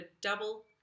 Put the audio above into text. double